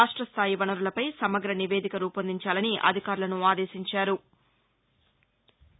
రాష్టస్థాయి వనరులపై సమగ్ర నివేదిక రూపొందించాలని అధికారులను ఆదేశించారు